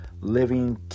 living